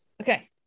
Okay